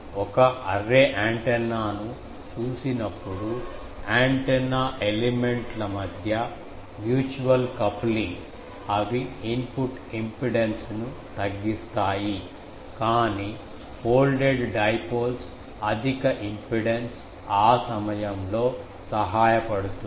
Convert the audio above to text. ఒక అర్రే యాంటెన్నాను చూసినప్పుడు యాంటెన్నా ఎలిమెంట్ ల మధ్య మ్యూచువల్ కప్లింగ్ అవి ఇన్పుట్ ఇంపిడెన్స్ను తగ్గిస్తాయి కాని ఫోల్డెడ్ డైపోల్స్ అధిక ఇంపిడెన్స్ ఆ సమయంలో సహాయపడుతుంది